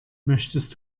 möchtest